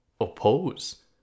oppose